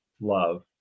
love